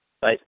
Bye